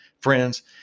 friends